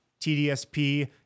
TDSP